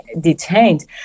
detained